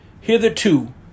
hitherto